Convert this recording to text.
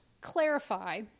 clarify